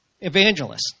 evangelists